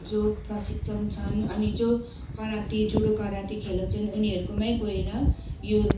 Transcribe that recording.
जो प्रशिक्षण छन् अनि जो कराते जुडो कराते खेलाउँछन् उनीहरूकोमै गएर यो